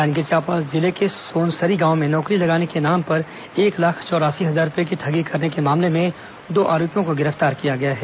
जांजगीर चांपा जिले के सोनसरी गांव में नौकरी लगाने के नाम पर एक लाख चौरासी हजार रूपये की ठगी करने के मामले में दो आरोपियों को गिरफ्तार किया गया है